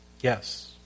Yes